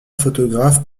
photographes